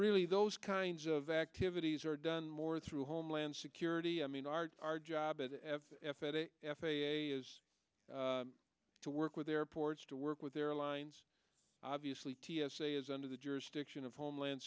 really those kinds of activities are done more through homeland security i mean our our job at the f a a is to work with airports to work with airlines obviously t s a is under the jurisdiction of homeland